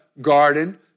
garden